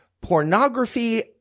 pornography